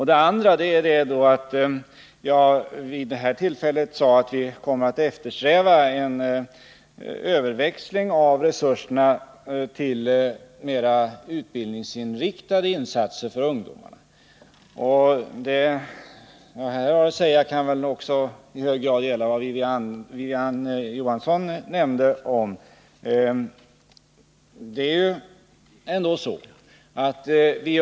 Det andra är att jag vid det aktuella tillfället sade att vi kommer att eftersträva en överväxling av resurserna till mera utbildningsinriktade insatser för ungdomarna. Vad jag här har att säga kan också i hög grad gälla det Marie-Ann Johansson nämnde.